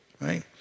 right